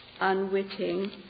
unwitting